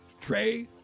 Trey